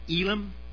Elam